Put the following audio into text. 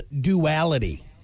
duality